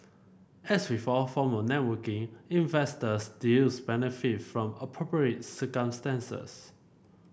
as with all form of networking investors deals benefit from appropriate circumstances